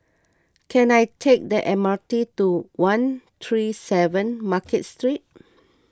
can I take the M R T to one three seven Market Street